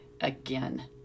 again